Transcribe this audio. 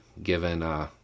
given